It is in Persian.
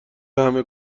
همه